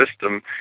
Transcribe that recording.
system